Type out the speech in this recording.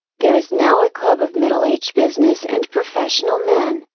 there is now a club of middle aged business and professional men,